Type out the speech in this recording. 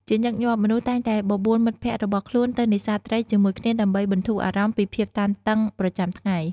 ជាញឹកញាប់ មនុស្សតែងតែបបួលមិត្តភក្តិរបស់ខ្លួនទៅនេសាទត្រីជាមួយគ្នាដើម្បីបន្ធូរអារម្មណ៍ពីភាពតានតឹងប្រចាំថ្ងៃ។